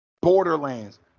Borderlands